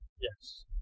Yes